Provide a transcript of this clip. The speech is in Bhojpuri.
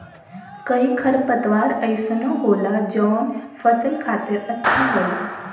कई खरपतवार अइसनो होला जौन फसल खातिर अच्छा होला